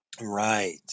Right